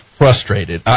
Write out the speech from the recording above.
frustrated